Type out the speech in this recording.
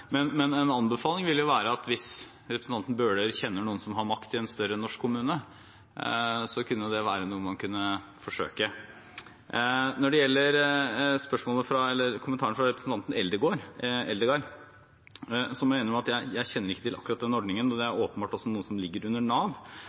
En anbefaling vil være at hvis representanten Bøhler kjenner noen som har makt i en større norsk kommune, kunne det være noe man kunne forsøke. Når det gjelder kommentaren fra representanten Eldegard, må jeg innrømme at jeg ikke kjenner til akkurat den ordningen, og det er åpenbart noe som ligger under Nav.